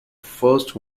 first